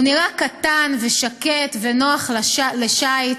הוא נראה קטן ושקט ונוח לשיט,